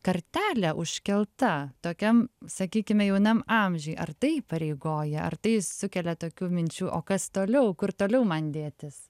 kartelė užkelta tokiam sakykime jaunam amžiui ar tai įpareigoja ar tai sukelia tokių minčių o kas toliau kur toliau man dėtis